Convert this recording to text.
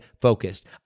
focused